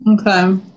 Okay